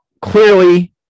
clearly